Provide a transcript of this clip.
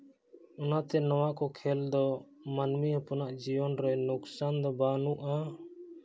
ᱚᱱᱟᱛᱮ ᱱᱚᱣᱟ ᱠᱚ ᱠᱷᱮᱞ ᱫᱚ ᱢᱟᱹᱱᱢᱤ ᱦᱚᱯᱚᱱᱟᱜ ᱡᱤᱭᱚᱱ ᱨᱮ ᱞᱳᱠᱥᱟᱱ ᱫᱚ ᱵᱟᱹᱱᱩᱜᱼᱟ